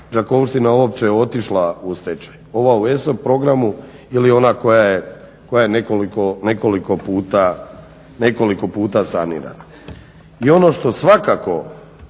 Đakovština uopće otišla u stečaj, ova u ESOP programu ili ona koja je nekoliko puta sanirana. I ono što svakako